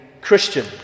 Christian